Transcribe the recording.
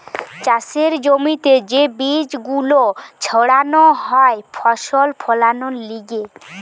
চাষের জমিতে যে বীজ গুলো ছাড়ানো হয় ফসল ফোলানোর লিগে